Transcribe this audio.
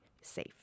safe